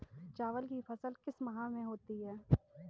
चावल की फसल किस माह में होती है?